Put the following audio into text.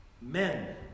men